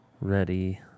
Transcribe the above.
Ready